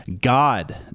God